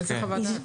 איזה חוות דעת?